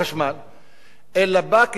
אלא בא כדי לפתוח את שנת הלימודים.